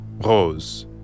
Rose